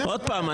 עוד פעם,